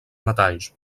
metalls